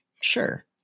Sure